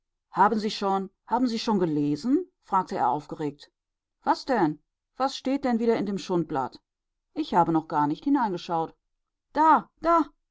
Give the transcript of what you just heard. haben sie schon haben sie schon gelesen fragte er aufgeregt was denn was steht denn wieder in dem schundblatt ich habe noch gar nicht hineingeschaut da da